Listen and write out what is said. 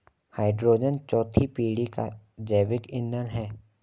hydrogen चौथी पीढ़ी का जैविक ईंधन है